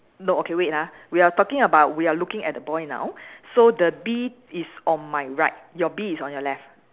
no okay wait ha we are talking about we are looking at the boy now so the bee is on my right your bee is on your left